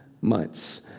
months